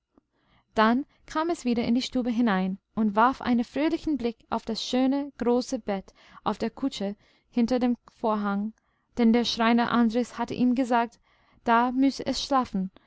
dann kam es wieder in die stube hinein und warf einen fröhlichen blick auf das schöne große bett auf der kutsche hinter dem vorhang denn der schreiner andres hatte ihm gesagt da müsse es schlafen